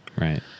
Right